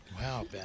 Wow